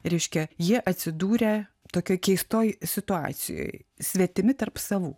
reiškia jie atsidūrę tokioj keistoj situacijoj svetimi tarp savų